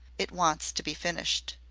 it wants to be finished.